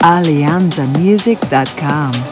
alianzamusic.com